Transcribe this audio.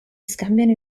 scambiano